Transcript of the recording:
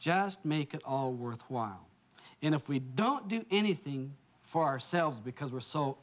just make it all worthwhile and if we don't do anything for ourselves because we're so